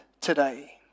today